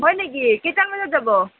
হয় নেকি কেইটামান বজাত যাব